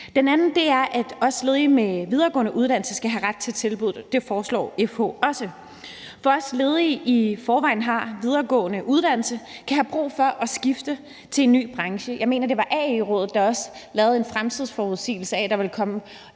Det andet er, at også ledige med videregående uddannelse skal have ret til tilbuddet, og det foreslår FH også; for også ledige, som i forvejen har en videregående uddannelse, kan have brug for at skifte til en ny branche. Jeg mener, at det var AE, der lavede en forudsigelse om, at der vil komme